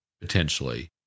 potentially